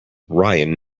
ryan